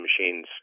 machines